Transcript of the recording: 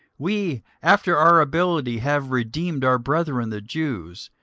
we after our ability have redeemed our brethren the jews,